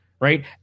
right